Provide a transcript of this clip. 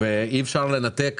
אי אפשר לנתק